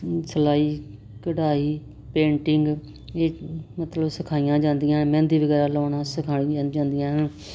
ਸਿਲਾਈ ਕਢਾਈ ਪੇਂਟਿੰਗ ਵੀ ਮਤਲਬ ਸਿਖਾਈਆਂ ਜਾਂਦੀਆਂ ਮਹਿੰਦੀ ਵਗੈਰਾ ਲਾਉਣਾ ਸਿਖਾਈਆਂ ਜਾਂਦੀਆ ਹੈ